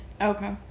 Okay